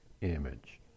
image